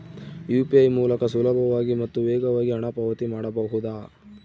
UPI ಮೂಲಕ ಸುಲಭವಾಗಿ ಮತ್ತು ವೇಗವಾಗಿ ಹಣ ಪಾವತಿ ಮಾಡಬಹುದಾ?